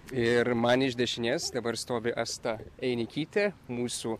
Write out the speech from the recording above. ir man iš dešinės dabar stovi asta einikytė mūsų